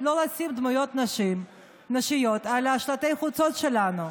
לא לשים דמויות נשיות על שלטי החוצות שלנו.